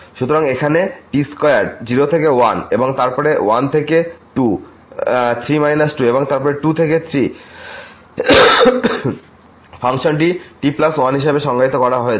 সুতরাং এখানে t2 0 থেকে 1 এবং তারপর আমাদের 1 থেকে 2 3 t এবং তারপর 2 থেকে 3 ফাংশনটি t1 হিসাবে সংজ্ঞায়িত করা হয়েছে